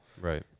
Right